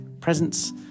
presents